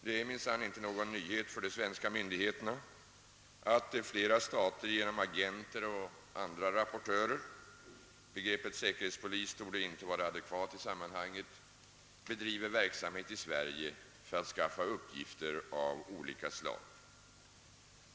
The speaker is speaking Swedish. Det är minsann inte någon nyhet för de svenska myndigheterna att flera stater genom agenter och andra rapportörer — begreppet säkerhetspolis torde inte vara adekvat i sammanhanget — bedriver verksamhet i Sverige för att skaffa uppgifter av olika slag.